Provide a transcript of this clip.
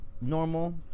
normal